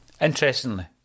interestingly